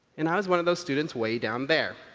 and i was one of those students way down there.